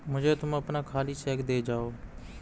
मुझे तुम अपना खाली चेक दे जाओ